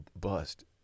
bust